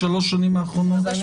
ב-3 השנים האחרונות?